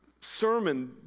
Sermon